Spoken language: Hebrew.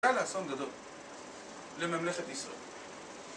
זה היה לאסון גדול, לממלכת ישראל.